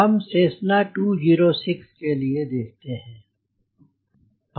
Let us check for Cessna 206 हम Cessna 206 के लिए देखते हैं